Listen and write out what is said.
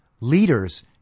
Leaders